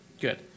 good